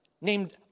named